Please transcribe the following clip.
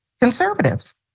conservatives